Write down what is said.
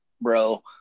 bro